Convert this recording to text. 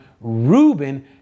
Reuben